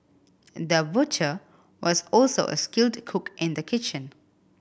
the butcher was also a skilled cook in the kitchen